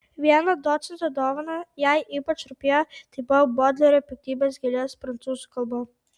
viena docento dovana jai ypač rūpėjo tai buvo bodlero piktybės gėlės prancūzų kalba